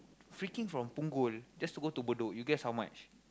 freaking from Punggol just to go to Bedok you guess how much